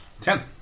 Ten